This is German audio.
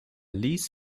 ließ